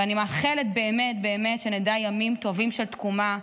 ואני באמת מאחלת שנדע ימים טובים של תקומה.